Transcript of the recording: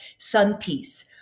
sunpiece